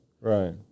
Right